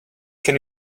can